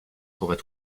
pourrait